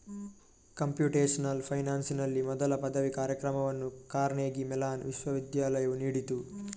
computational ಫೈನಾನ್ಸಿನಲ್ಲಿ ಮೊದಲ ಪದವಿ ಕಾರ್ಯಕ್ರಮವನ್ನು ಕಾರ್ನೆಗೀ ಮೆಲಾನ್ ವಿಶ್ವವಿದ್ಯಾಲಯವು ನೀಡಿತು